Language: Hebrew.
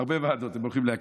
הרבה ועדות הם הולכים להקים.